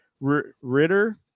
Ritter